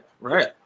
Right